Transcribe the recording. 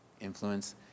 influence